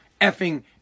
effing